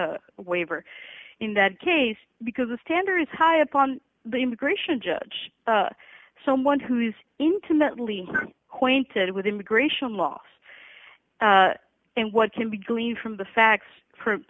the waiver in that case because the standard is high upon the immigration judge someone who is intimately acquainted with immigration laws and what can be gleaned from the facts from